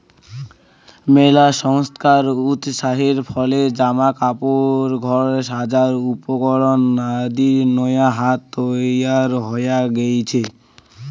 মেলা সংস্থার উৎসাহের ফলে জামা কাপড়, ঘর সাজার উপকরণ আদির নয়া হাট তৈয়ার হয়া গেইচে